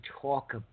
talk